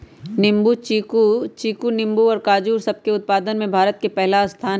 चीकू नींबू काजू और सब के उत्पादन में भारत के पहला स्थान हई